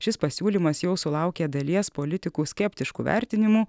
šis pasiūlymas jau sulaukė dalies politikų skeptiškų vertinimų